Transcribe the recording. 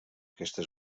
aquesta